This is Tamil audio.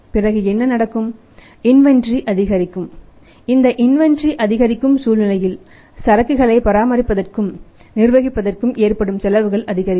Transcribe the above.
பிறகு என்ன நடக்கும் இன்வெண்டரி அதிகரிக்கும் சூழ்நிலையில் சரக்குகளை பராமரிப்பதற்கும் நிர்வகிப்பதற்கு ஏற்படும் செலவுகள் அதிகரிக்கும்